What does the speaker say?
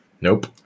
nope